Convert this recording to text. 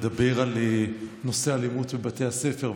לדבר על נושא האלימות בבתי הספר,